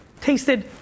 tasted